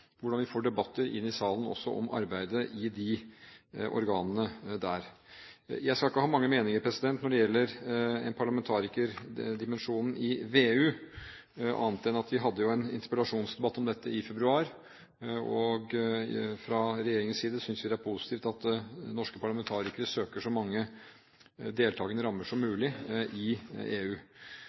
hvordan vi får debatter inn i salen også om arbeidet i de organene. Jeg skal ikke ha mange meninger når det gjelder parlamentarikerdimensjonen i VEU, annet enn at vi jo hadde en interpellasjonsdebatt om dette i februar, og at vi fra regjeringens side synes det er positivt at norske parlamentarikere søker så mange deltakende rammer som mulig i